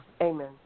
Amen